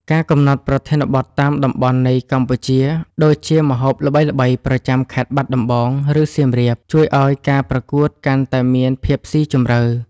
ការកំណត់ប្រធានបទតាម តំបន់នៃកម្ពុជា ដូចជាម្ហូបល្បីៗប្រចាំខេត្តបាត់ដំបង ឬសៀមរាប ជួយឱ្យការប្រកួតកាន់តែមានភាពស៊ីជម្រៅ។